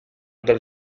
dal